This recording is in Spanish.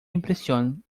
impresión